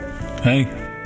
hey